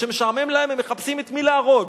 וכשמשעמם להם הם מחפשים את מי להרוג.